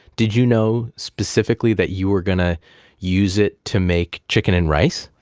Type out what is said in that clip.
did you know specifically that you were going to use it to make chicken and rice?